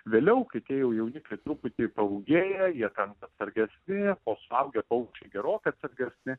vėliau kai tie jau jaunikliai truputį paūgėja jie tampa atsargesni o suaugę paukščiai gerokai atsargesni